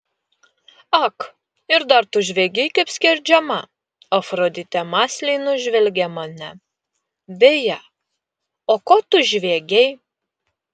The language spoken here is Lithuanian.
ak ir dar tu žviegei kaip skerdžiama afroditė mąsliai nužvelgė mane beje o ko tu žviegei